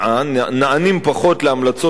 נענים פחות להמלצות רופא,